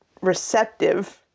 receptive